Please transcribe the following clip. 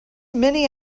many